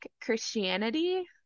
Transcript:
Christianity